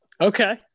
Okay